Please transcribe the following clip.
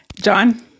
John